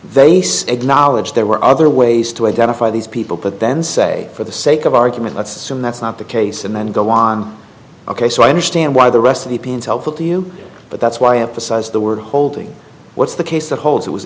said knowledge there were other ways to identify these people but then say for the sake of argument let's assume that's not the case and then go on ok so i understand why the rest of the peons helpful to you but that's why emphasize the word holding what's the case that holds it was